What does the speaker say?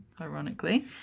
ironically